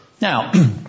Now